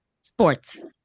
Sports